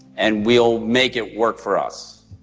and we'll make it work for us.